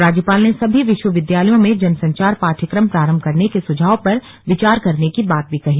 राज्यपाल ने सभी विश्वविद्यालयों में जनसंचार पाठ्यक्रम प्रारंभ करने के सुझाव पर विचार करने की बात कही